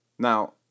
Now